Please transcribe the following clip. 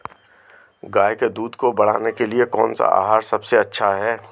गाय के दूध को बढ़ाने के लिए कौनसा आहार सबसे अच्छा है?